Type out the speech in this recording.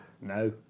No